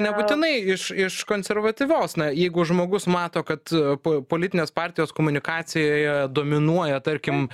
nebūtinai iš iš konservatyvios na jeigu žmogus mato kad po politinės partijos komunikacijoje dominuoja tarkim